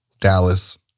Dallas